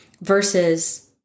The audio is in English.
versus